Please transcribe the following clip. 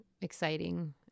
exciting